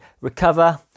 recover